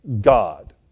God